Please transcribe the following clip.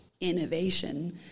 innovation